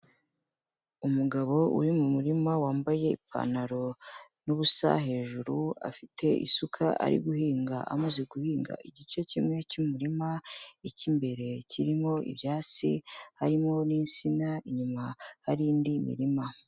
Umugabo uri mu murima wambaye ipantaro n'ubusa hejuru, afite isuka ari guhinga amaze guhinga igice kimwe cy'umurima, icy'imbere kirimo ibyatsi, harimo n'isina, inyuma hari indi mirima.